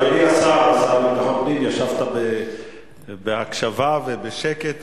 אדוני השר לביטחון פנים, ישבת בהקשבה ובשקט.